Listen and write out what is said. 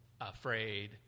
afraid